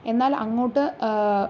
എന്നാൽ അങ്ങോട്ട്